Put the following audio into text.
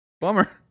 bummer